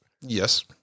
Yes